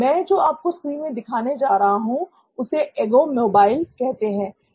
मैं जो आपको स्क्रीन से दिखाने जा रहा हूं उसे एगो मोबाइल कहते हैं